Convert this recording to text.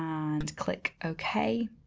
and click ok,